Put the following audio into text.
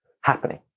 happening